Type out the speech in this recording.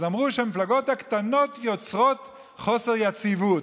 אז אמרו שהמפלגות הקטנות יוצרות חוסר יציבות.